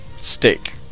stick